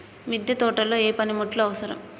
మిద్దె తోటలో ఏ పనిముట్లు అవసరం?